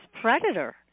predator